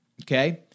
Okay